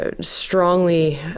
strongly